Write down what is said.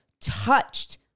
touched